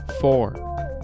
Four